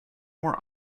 more